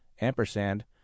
ampersand